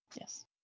Yes